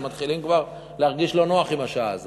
אתם מתחילים כבר להרגיש לא נוח עם השעה הזאת.